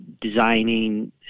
designing